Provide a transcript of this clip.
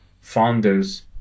founders